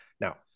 Now